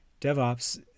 DevOps